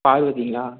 பார்வதிங்களா